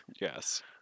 yes